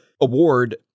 award